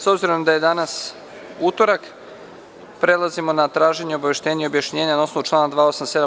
S obzirom da je danas utorak, prelazimo na traženje obaveštenja i objašnjenja na osnovu člana 287.